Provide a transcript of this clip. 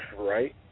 right